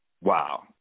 wow